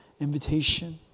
invitation